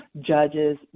judges